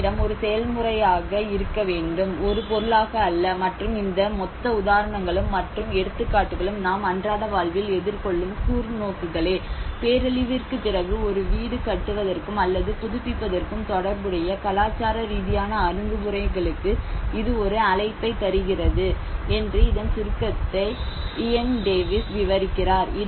தங்குமிடம் ஒரு செயல்முறையாக இருக்க வேண்டும் ஒரு பொருளாக அல்ல மற்றும் இந்த மொத்த உதாரணங்களும் மற்றும் எடுத்துக்காட்டுகளும் நாம் அன்றாட வாழ்வில் எதிர் கொள்ளும் கூர்நோக்குகளே பேரழிவிற்கு பிறகு ஒரு வீடு கட்டுவதற்கும் அல்லது புதுப்பிப்பதற்கும் தொடர்புடைய கலாச்சார ரீதியான அணுகுமுறை களுக்கு இது ஒரு அழைப்பை தருகிறது என்று இதன் சுருக்கத்தை இயன் டேவிஸ் விவரிக்கிறார்